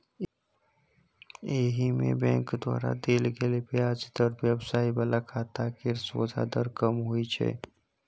एहिमे बैंक द्वारा देल गेल ब्याज दर व्यवसाय बला खाता केर सोंझा दर कम होइ छै